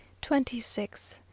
Twenty-six